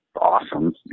awesome